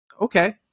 okay